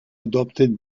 adopted